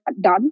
done